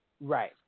Right